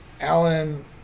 alan